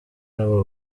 abo